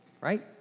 right